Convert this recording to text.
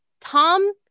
Tom